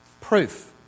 Proof